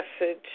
message